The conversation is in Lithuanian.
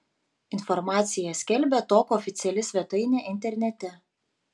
informaciją skelbia tok oficiali svetainė internete